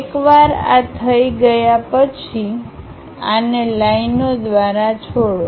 એકવાર આ થઈ ગયા પછી આને લાઈનઓ દ્વારા છોડો